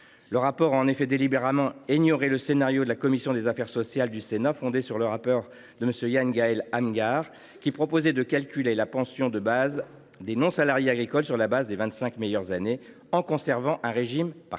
Le rapport a, en effet, délibérément ignoré le scénario de la commission des affaires sociales du Sénat, fondé sur le rapport de M. Yann Gaël Amghar, qui consistait à calculer la pension de base des non salariés agricoles sur le fondement des vingt cinq meilleures années, tout en conservant un régime par points.